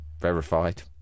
verified